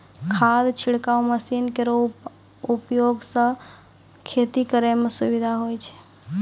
खाद छिड़काव मसीन केरो उपयोग सँ खेती करै म सुबिधा होय छै